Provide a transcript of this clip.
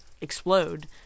explode